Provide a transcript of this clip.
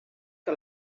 que